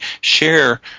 share